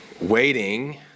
Waiting